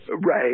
Right